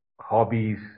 hobbies